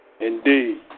Indeed